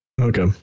Okay